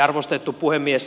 arvostettu puhemies